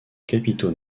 capitaux